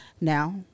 Now